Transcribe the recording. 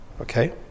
okay